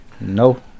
No